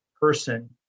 person